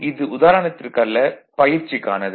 இது உதாரணத்திற்கு அல்ல பயிற்சிக்கானது